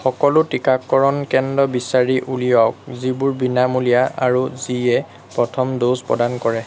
সকলো টীকাকৰণ কেন্দ্ৰ বিচাৰি উলিয়াওক যিবোৰ বিনামূলীয়া আৰু যিয়ে প্ৰথম ড'জ প্ৰদান কৰে